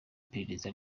perereza